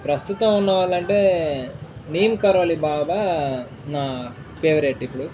ప్రస్తుతం ఉన్నవాళ్ళంటే నీమ్ కరోళి బాబా నా ఫేవరెట్ ఇప్పుడు